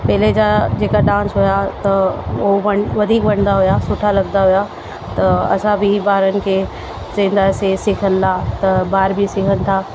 पहिरीं जा जेका डांस हुया त हो व वधीक वणिंदा हुया सुठा लगंदा हुया त असां बि ॿारनि खे चहीन्दासेीं सिखंदा त ॿार बि सिखंदा